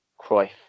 Cruyff